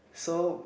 so